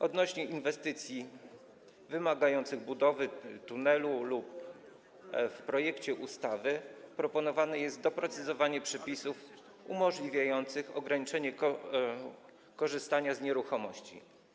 Odnośnie do inwestycji wymagających budowy tunelu w projekcie ustawy proponowane jest doprecyzowanie przepisów umożliwiających ograniczenie korzystania z nieruchomości.